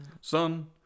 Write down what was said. Son